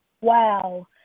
Wow